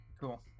Cool